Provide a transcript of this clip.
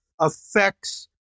affects